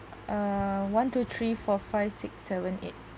uh one two three four five six seven eight